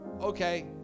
Okay